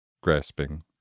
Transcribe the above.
grasping